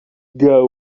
never